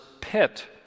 pit